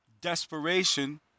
desperation